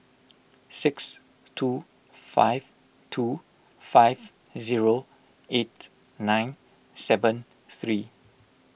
six two five two five zero eight nine seven three